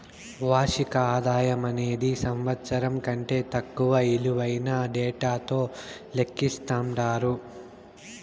వార్షిక ఆదాయమనేది సంవత్సరం కంటే తక్కువ ఇలువైన డేటాతో లెక్కిస్తండారు